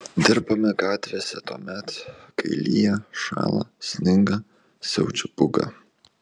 dirbame gatvėse tuomet kai lyja šąla sninga siaučia pūga